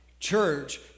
Church